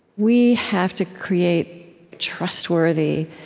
we have to create trustworthy,